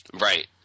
Right